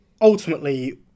ultimately